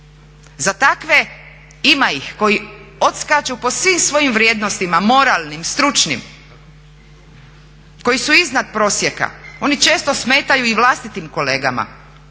za takve, ima ih koji odskaču po svim svojim vrijednostima, moralnim, stručnim, koji su iznad prosjeka. Oni često smetaju i vlastitim kolegama,